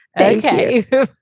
Okay